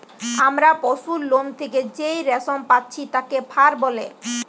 আমরা পশুর লোম থেকে যেই রেশম পাচ্ছি তাকে ফার বলে